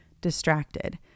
distracted